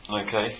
Okay